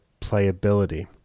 playability